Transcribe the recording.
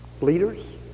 leaders